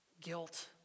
guilt